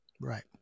Right